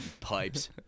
pipes